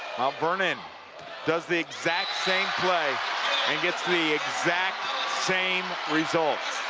vernon does the exact same play and gets the exact same result.